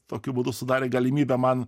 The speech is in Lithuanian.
tokiu būdu sudarė galimybę man